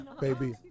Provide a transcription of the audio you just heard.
baby